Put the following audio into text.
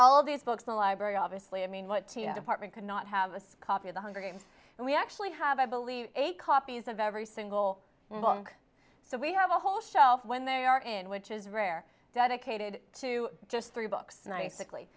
all these books in the library obviously i mean what department could not have a copy of the hunger games and we actually have i believe eight copies of every single one so we have a whole shelf when they are in which is rare dedicated to just three books nice sickly